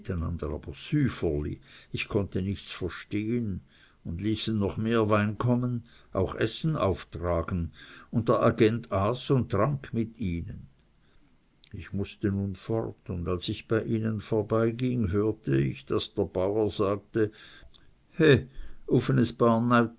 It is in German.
ich konnte nichts verstehen und ließen noch mehr wein kommen auch essen auftragen und der agent aß und trank mit ihnen ich mußte nun fort und als ich bei ihnen vorbeiging hörte ich daß der bauer sagte